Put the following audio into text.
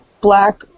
black